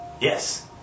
Yes